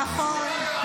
נכון.